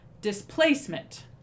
Displacement